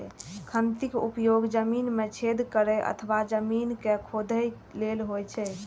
खंती के उपयोग जमीन मे छेद करै अथवा जमीन कें खोधै लेल होइ छै